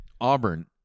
Auburn